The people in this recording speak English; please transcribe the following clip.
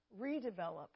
redevelop